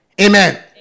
Amen